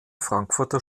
frankfurter